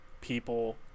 people